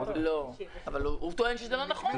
אבל הוא טוען שזה לא נכון.